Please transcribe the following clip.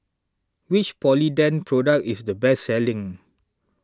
which Polident Product is the best selling